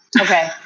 Okay